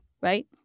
right